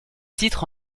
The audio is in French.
titre